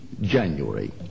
January